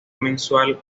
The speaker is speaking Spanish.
mensual